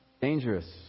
Dangerous